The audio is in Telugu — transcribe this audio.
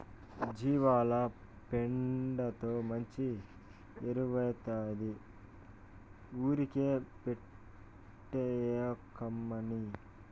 జీవాల పెండతో మంచి ఎరువౌతాది ఊరికే బైటేయకమ్మన్నీ